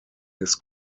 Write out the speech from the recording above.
his